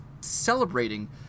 celebrating